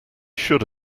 should